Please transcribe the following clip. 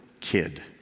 kid